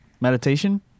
meditation